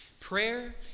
Prayer